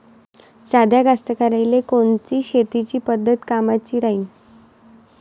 साध्या कास्तकाराइले कोनची शेतीची पद्धत कामाची राहीन?